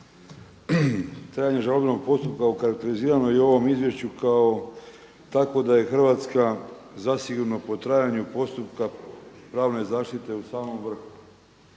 Trajanje žalbenog postupka okarakterizirano i u ovom izvješću kao takvo da je Hrvatska zasigurno po trajanju postupka pravne zaštite u samom vrhu.